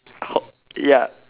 ya